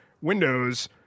Windows